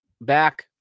back